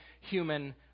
human